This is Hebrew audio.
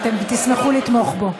שאתם תשמחו לתמוך בו.